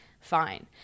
fine